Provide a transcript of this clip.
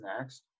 next